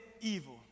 evil